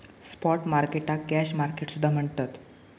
spot मार्केटाक cash market सुद्धा म्हणतत